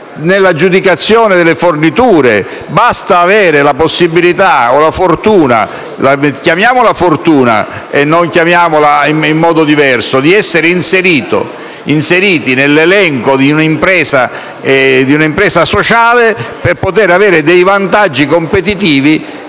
nell'aggiudicazione delle forniture. Basta avere la possibilità o la fortuna - chiamiamola fortuna e non in modo diverso - di essere inseriti nell'elenco delle imprese sociali per poter avere dei vantaggi competitivi.